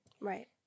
Right